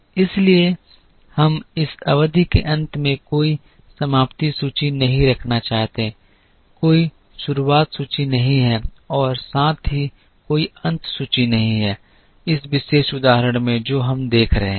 इसलिए हम इस अवधि के अंत में कोई समाप्ति सूची नहीं रखना चाहते हैं कोई शुरुआत सूची नहीं है और साथ ही कोई अंत सूची नहीं है इस विशेष उदाहरण में जो हम देख रहे हैं